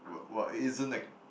wh~ what isn't that